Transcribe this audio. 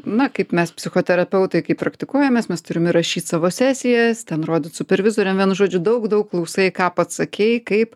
na kaip mes psichoterapeutai kaip praktikuojamės mes turim įrašyt savo sesijas ten rodyt supervizoriam vienu žodžiu daug daug klausai ką pats sakei kaip